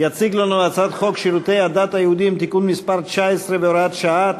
שיציג לנו את הצעת חוק שירותי הדת היהודיים (תיקון מס' 19 והוראת שעה),